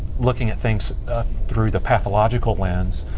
looking at things through the pathological lens,